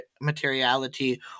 materiality